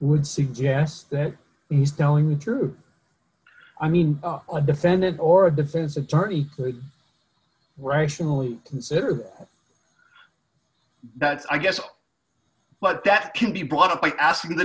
would suggest that he's telling the truth i mean a defendant or a defense attorney were originally considered that's i guess but that can be brought up by asking the